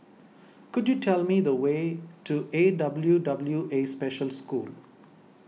could you tell me the way to A W W A Special School